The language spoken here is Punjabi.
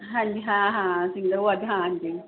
ਹਾਂਜੀ ਹਾਂ ਹਾਂ ਸਿੰਗਰ ਓ ਅੱਜ ਹਾਂ ਜੀ